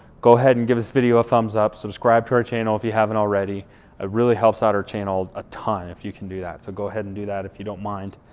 go ahead and give this video a thumbs up, subscribe to our channel if you haven't already, it ah really helps out our channel a ton if you can do that. so go ahead and do that if you don't mind.